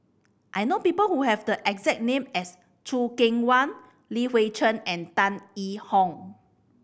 I know people who have the exact name as Choo Keng Kwang Li Hui Cheng and Tan Yee Hong